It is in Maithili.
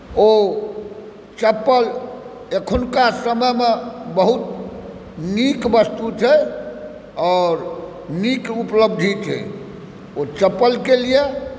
ओ चप्पल एखुनका समयमे बहुत नीक वस्तु छै आओर नीक उपलब्धि छै ओ चप्पलके लिए